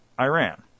Iran